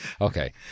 Okay